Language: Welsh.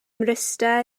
mryste